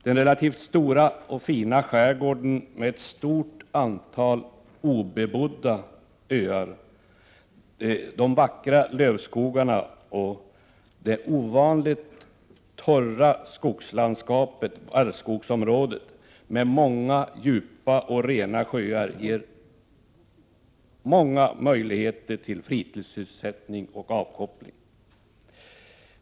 Den relativt stora och fina skärgården med ett stort antal obebodda öar, de vackra lövskogarna och det ovanligt torra skogslandskapet — barrskogsområdetmed många djupa och rena sjöar ger många möjligheter till fritidssysselsättning och avkoppling.